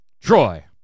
troy